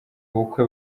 bukwe